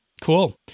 Cool